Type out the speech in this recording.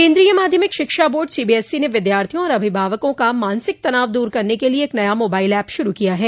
केंद्रीय माध्यमिक शिक्षा बोर्ड सीबीएसई ने विद्यार्थियों और अभिभावकों का मानसिक तनाव दूर करने के लिए एक नया मोबाइल ऐप शुरू किया है